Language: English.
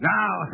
Now